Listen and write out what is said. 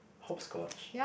hopscotch